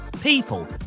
people